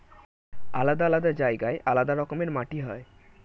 আলাদা আলাদা জায়গায় আলাদা রকমের মাটি হয়